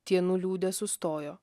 tie nuliūdę sustojo